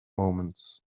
moments